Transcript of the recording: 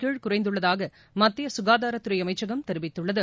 கீழ் குறைந்துள்ளதாக மத்திய சுகாதாரத்துறை அமைச்சகம் தெரிவித்துள்ளது